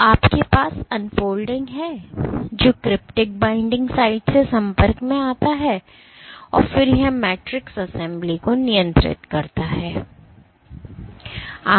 तो आपके पास अनफोल्डिंग है जो क्रिप्टिक बाइंडिंग साइट्स के संपर्क में आता है और फिर यह मैट्रिक्स असेंबली को नियंत्रित करता है